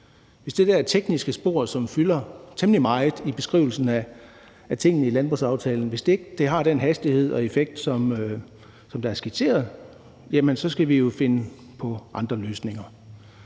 Hvis det der tekniske spor, som fylder temmelig meget i beskrivelsen af tingene i landbrugsaftalen, ikke har den hastighed og effekt, som der er skitseret, jamen så skal vi jo finde på andre løsninger.